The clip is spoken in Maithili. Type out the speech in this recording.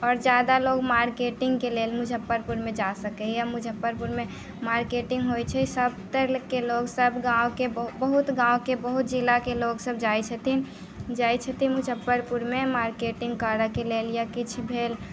आओर ज्यादा लोक मार्केटिङ्गके लेल मुजफ्फरपुरमे जा सकैए मुजफ्फरपुरमे मार्केटिङ्ग होइ छै सब तरहके लोकसब गाँवके बहुत गाँवके बहुत जिलाके लोकसब जाइ छथिन जाइ छथिन मुजफ्फरपुरमे मार्केटिङ्ग करऽके लेल या किछु भेल